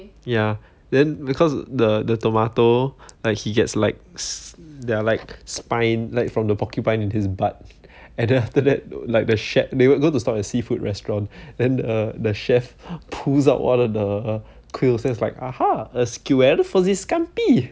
ya then because the the tomato like he gets like s~ they are like spine like from the porcupine in his butt and then after that like the shared they would go to stop at seafood restaurant then err the chef pulls out one of the quails then he's like (uh huh) a quail for this scampi